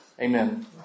Amen